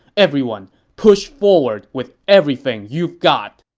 everyone, push forward with everything you've got!